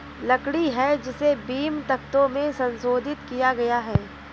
लकड़ी है जिसे बीम, तख्तों में संसाधित किया गया है